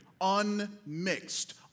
unmixed